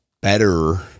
better